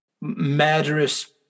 murderous